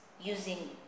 using